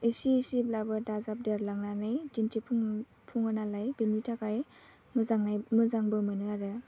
एसे एसेब्लाबो दाजाबदेरलांनानै दिन्थिफुङो नालाय बेनि थाखाय मोजाङै मोजांबो मोनो आरो